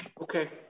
Okay